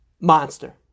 Monster